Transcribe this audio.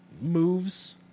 moves